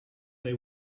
they